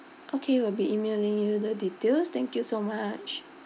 okay we'll be emailing you the details thank you so much